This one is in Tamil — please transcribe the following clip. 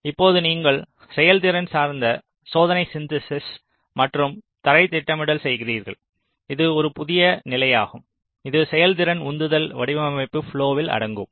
இப்போது நீங்கள் செயல்திறன் சார்ந்த சோதனை சிந்தெசிஸ் மற்றும் தரைத் திட்டமிடல் செய்கிறீர்கள் இது ஒரு புதிய நிலையாகும் இது செயல்திறன் உந்துதல் வடிவமைப்பு ப்லொவில் அடங்கும்